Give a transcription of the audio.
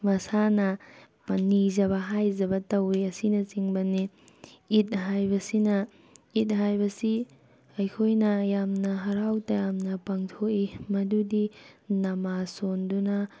ꯃꯁꯥꯅ ꯅꯤꯖꯕ ꯍꯥꯏꯖꯕ ꯇꯧꯏ ꯑꯁꯤꯅꯆꯤꯡꯕꯅꯤ ꯏꯠ ꯍꯥꯏꯕꯁꯤꯅ ꯏꯠ ꯍꯥꯏꯕꯁꯤ ꯑꯩꯈꯣꯏꯅ ꯌꯥꯝꯅ ꯍꯔꯥꯎ ꯇꯌꯥꯝꯅ ꯄꯥꯡꯊꯣꯛꯏ ꯃꯗꯨꯗꯤ ꯅꯃꯥꯖ ꯁꯣꯟꯗꯨꯅ